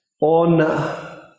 on